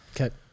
Okay